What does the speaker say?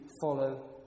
follow